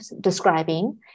describing